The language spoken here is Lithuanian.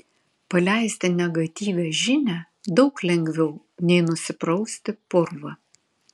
paleisti negatyvią žinią daug lengviau nei nusiprausti purvą